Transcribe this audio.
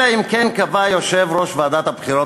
אלא אם כן קבע יושב-ראש ועדת הבחירות